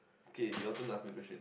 okay your turn to ask me question